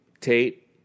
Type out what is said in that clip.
Tate